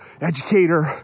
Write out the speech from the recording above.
educator